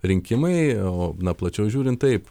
rinkimai o plačiau žiūrint taip